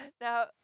now